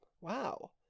Wow